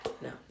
No